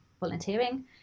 volunteering